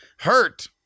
hurt